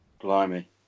Blimey